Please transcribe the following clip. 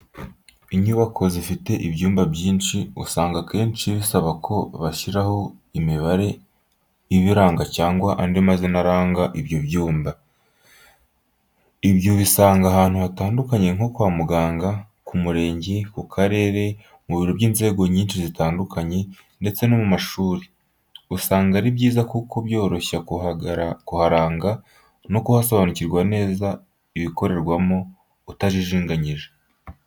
Inyubako zifite ibyumba byinshi, usanga kenshi bisaba ko bashyiraho imibare ibiranga cyangwa andi mazina aranga ibyo byumba. Ibyo ubisanga ahantu hatandukanye nko kwa muganga, ku murenge, ku karere, mu biro by’inzego nyinshi zitandukanye, ndetse no mu mashuri. Usanga ari byiza kuko byoroshya kuharanga no gusobanukirwa neza ibikorerwamo, utajijinganyije.